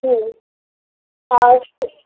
হুম আর